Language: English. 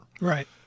Right